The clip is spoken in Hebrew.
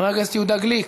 חבר הכנסת יהודה גליק,